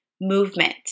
movement